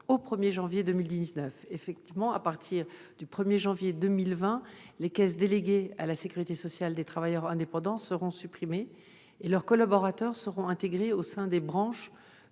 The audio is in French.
au 1janvier 2010. À partir du 1janvier 2020, les caisses déléguées à la sécurité sociale des travailleurs indépendants seront supprimées et leurs collaborateurs seront intégrés au sein des branches